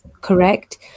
correct